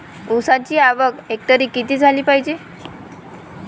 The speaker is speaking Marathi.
ऊसाची आवक हेक्टरी किती झाली पायजे?